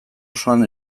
osoan